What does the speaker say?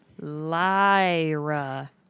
Lyra